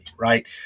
right